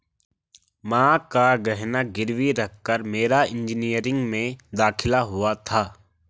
मां का गहना गिरवी रखकर मेरा इंजीनियरिंग में दाखिला हुआ था